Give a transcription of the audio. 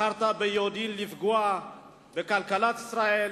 בחרת ביודעין לפגוע בכלכלת ישראל,